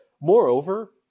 Moreover